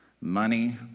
money